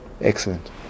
Excellent